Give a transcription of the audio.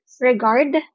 regard